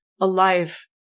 alive